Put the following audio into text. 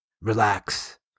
relax